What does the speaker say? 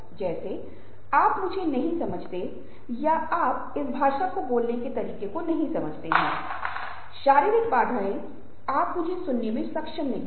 लेकिन उनके स्वभाव के कारण उनके बहुत व्यवहार के कारण वे हर समय अभ्यास करते हैं या वे इस तरीके से संवाद करते हैं